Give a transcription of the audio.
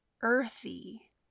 earthy